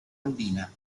andina